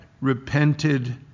repented